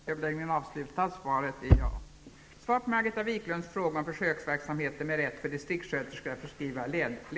I Jämtlands läns landsting pågår sedan en lång följd av år en försöksverksamhet som ger ett 40-tal distriktssköterskor rätt att förskriva läkemedel.